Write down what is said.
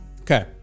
okay